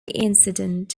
incident